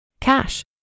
Cash